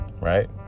Right